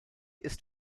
ist